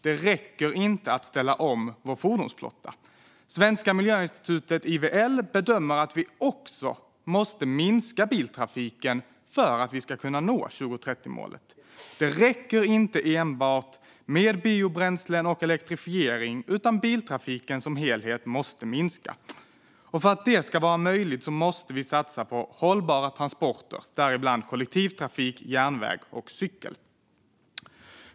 Dock räcker det inte att ställa om vår fordonsflotta. IVL Svenska Miljöinstitutet bedömer att vi också måste minska biltrafiken för att kunna nå 2030-målet. Det räcker inte enbart med biobränslen och elektrifiering, utan biltrafiken som helhet måste minska. För att detta ska vara möjligt måste vi satsa på hållbara transporter, däribland kollektivtrafik, järnväg och cykel.